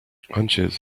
hunches